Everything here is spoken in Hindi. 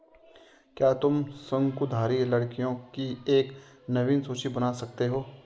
क्या तुम शंकुधारी लकड़ियों की एक नवीन सूची बना सकते हो?